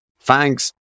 thanks